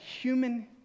human